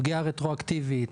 פגיעה רטרואקטיבית,